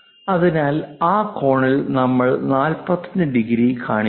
അതിനാൽ ആ കോണിൽ നമ്മൾ 45 ഡിഗ്രി കാണിക്കുന്നു